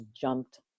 jumped